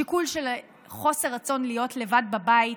שיקול של חוסר רצון להיות לבד בבית